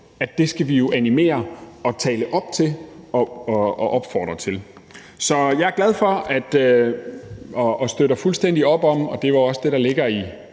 Det skal vi jo animere til og tale op og opfordre til. Så jeg er glad for og støtter fuldstændig op om – og det er også det, der ligger i